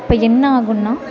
இப்போ என்ன ஆகும்ன்னா